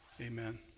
Amen